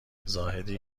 زاهدی